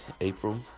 April